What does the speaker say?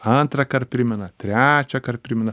antrąkart primena trečiąkart primena